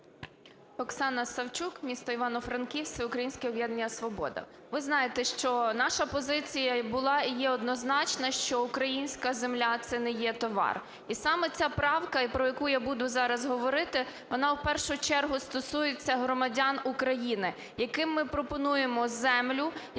Оксана Савчук, місто Івано-Франківськ, "Всеукраїнське об'єднання "Свобода" . Ви знаєте, що наша позиція була і є однозначна, що українська земля – це не є товар. І саме ця правка, і про яку я зараз буду говорити, вона в першу чергу стосується громадян України, яким ми пропонуємо землю,